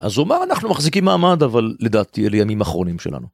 אז אומנם אנחנו מחזיקים מעמד אבל לדעתי אלה ימים אחרונים שלנו.